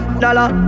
Dollar